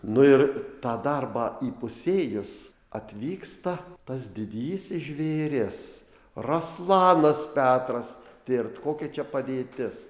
nu ir tą darbą įpusėjus atvyksta tas didysis žvėris raslanas petras tirt kokia čia padėtis